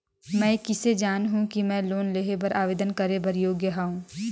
मैं किसे जानहूं कि मैं लोन लेहे बर आवेदन करे बर योग्य हंव?